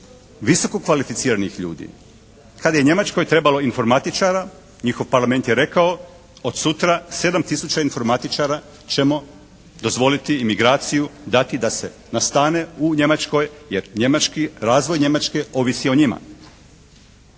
visokokvalificiranih ljudi? Kad je Njemačkoj trebalo informatičara, njihov Parlament je rekao, od sutra sedam tisuća informatičara ćemo dozvoliti imigraciju, dati da se nastane u Njemačkoj, jer razvoj Njemačke ovisi o njima.